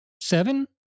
seven